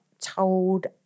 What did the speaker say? told